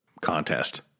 contest